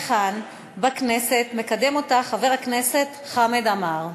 וכאן בכנסת מקדם אותו חבר הכנסת חמד עמאר.